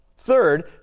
Third